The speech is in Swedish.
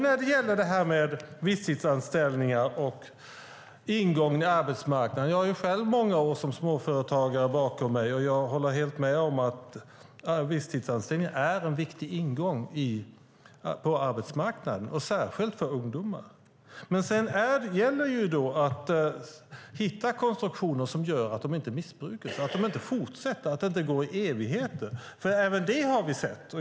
När det gäller visstidsanställningar och ingången till arbetsmarknaden har jag själv många år som småföretagare bakom mig och håller helt med om att visstidsanställning är en viktig ingång till arbetsmarknaden, särskilt för ungdomar. Men sedan gäller det att hitta konstruktioner som gör att de inte missbrukas, att visstidsanställningarna inte fortsätter i evigheter, för även det har vi sett.